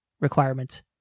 requirements